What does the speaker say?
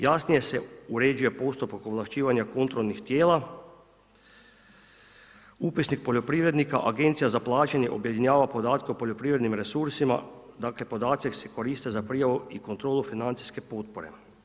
Jasnije se uređuje postupak ovlašćivanja kontrolnih tijela, upisnik poljoprivrednika, agencija za plaćanje objedinjava podatke o poljoprivrednim resursima, dakle podaci se koriste za prijavu i kontrolu financijske potpore.